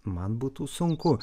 man būtų sunku